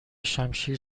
شمشیر